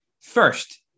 First